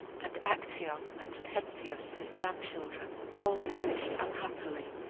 and actaeon and pentheus, his grandchildren, all perished unhappily,